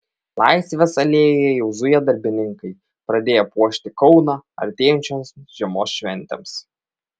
laisvės alėjoje jau zuja darbininkai pradėję puošti kauną artėjančioms žiemos šventėms